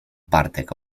bartek